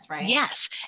yes